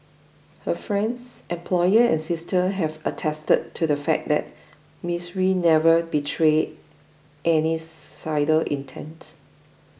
her friends employer and sister have attested to the fact that Miss Rue never betrayed any suicidal intent